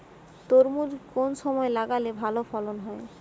তরমুজ কোন সময় লাগালে ভালো ফলন হয়?